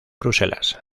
bruselas